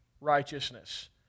righteousness